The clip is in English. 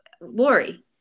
Lori